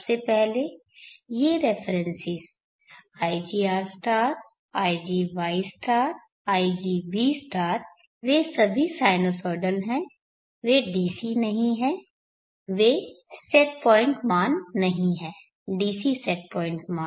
सबसे पहले references igR igY igB वे सभी साइनुसॉइडल हैं वे DC नहीं हैं वे सेट पॉइंट मान नहीं हैं DC सेट पॉइंट मान